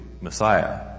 Messiah